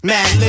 Mad